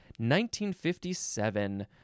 1957